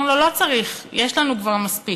אומרים לו: לא צריך, יש לנו כבר מספיק.